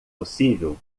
possível